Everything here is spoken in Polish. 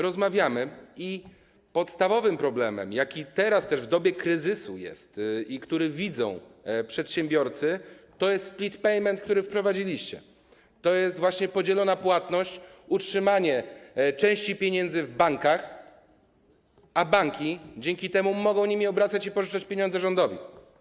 Rozmawiamy i podstawowym problemem, jaki też teraz, w dobie kryzysu, jest i który widzą przedsiębiorcy, jest split payment, który wprowadziliście, czyli właśnie podzielona płatność, utrzymanie części pieniędzy w bankach, dzięki czemu banki mogą nimi obracać i pożyczać pieniądze rządowi.